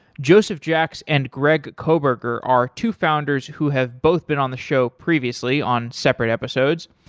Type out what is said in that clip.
joseph jacks and greg koberger are to founders who have both been on the show previously on separate episodes.